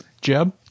Jeb